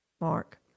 Mark